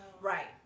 Right